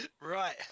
right